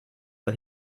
but